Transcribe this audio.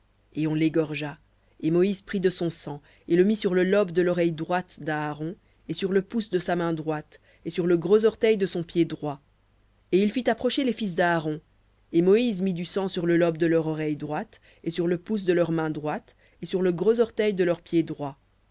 et on l'égorgea et moïse prit de son sang et le mit sur le lobe de l'oreille droite d'aaron et sur le pouce de sa main droite et sur le gros orteil de son pied droit et il fit approcher les fils d'aaron et moïse mit du sang sur le lobe de leur oreille droite et sur le pouce de leur main droite et sur le gros orteil de leur pied droit